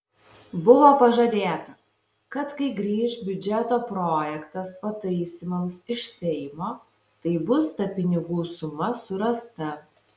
buvo pažadėta kad kai grįš biudžeto projektas pataisymams iš seimo tai bus ta pinigų suma surasta